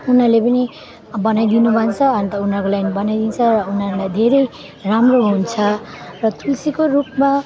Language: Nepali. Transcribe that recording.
उनीहरूले पनि बनाइदिनु भन्छ अन्त उनीहरूको लागि बनाइदिन्छौँ र उनीहरूलाई धेरै राम्रो हुन्छ र तुलसीको रुखमा